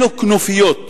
אלו כנופיות,